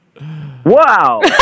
Wow